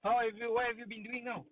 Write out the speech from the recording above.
how have you what have you been doing now